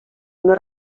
una